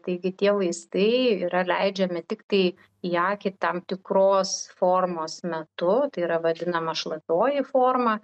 taigi tie vaistai yra leidžiami tiktai į akį tam tikros formos metu tai yra vadinama šlapioji forma